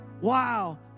Wow